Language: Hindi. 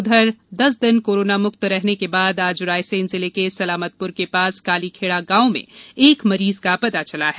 उधर दस दिन कोरोना मुक्त रहने के बाद आज रायसेन जिले के सलामतपुर के पास कालीखेड़ा गांव में एक मरीज का पता चला है